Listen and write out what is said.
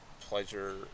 pleasure